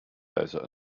desert